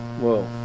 whoa